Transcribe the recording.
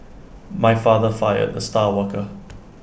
my father fired the star worker